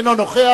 אינו נוכח.